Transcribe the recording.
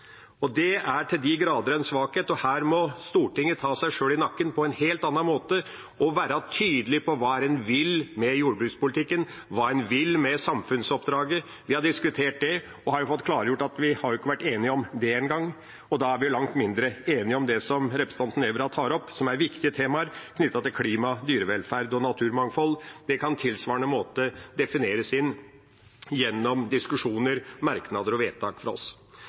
tror. Det er til de grader en svakhet, og her må Stortinget ta seg sjøl i nakken på en helt annen måte og være tydelig på hva en vil med jordbrukspolitikken, hva en vil med samfunnsoppdraget. Vi har diskutert det og har fått klargjort at vi har jo ikke vært enige om det engang, og da er vi langt mindre enige om det som representanten Nævra tar opp, som er viktige temaer knyttet til klima, dyrevelferd og naturmangfold. Det kan på tilsvarende måte defineres inn gjennom diskusjoner, merknader og vedtak fra oss.